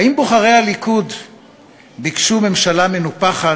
האם בוחרי הליכוד ביקשו ממשלה מנופחת,